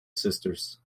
sisters